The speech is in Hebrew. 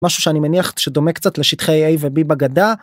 משהו שאני מניח שדומה קצת לשטחי A ו-B בגדה.